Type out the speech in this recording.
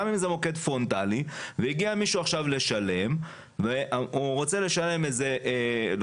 גם אם זה מוקד פרונטלי והגיע מישהו לשלם את התשלום